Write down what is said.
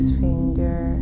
finger